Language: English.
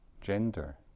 gender